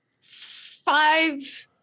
five